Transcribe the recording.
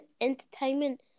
Entertainment